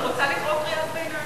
אני רוצה לקרוא קריאת ביניים.